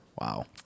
wow